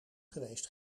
geweest